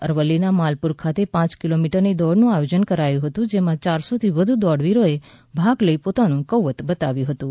અરવલ્લી ના માલપુર ખાતે પાંચ કિલોમીટર ની દોડ નું આયોજન કરાયું હતું જેમાં ચારસો થી વધુ દોડવીરો એ ભાગ લઈ પોતાનું કૌવત બતાવ્યુ હતું